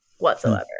whatsoever